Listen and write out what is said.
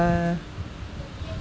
uh